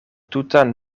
tutan